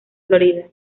florida